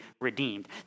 redeemed